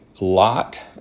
lot